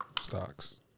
Stocks